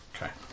Okay